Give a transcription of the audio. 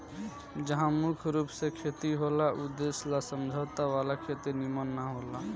जहा मुख्य रूप से खेती होला ऊ देश ला समझौता वाला खेती निमन न होला